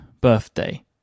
birthday